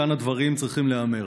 כאן הדברים צריכים להיאמר.